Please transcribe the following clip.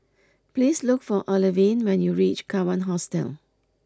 please look for Olivine when you reach Kawan Hostel